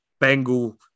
Bengal